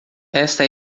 esta